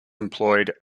employed